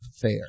fair